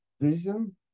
vision